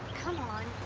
come on.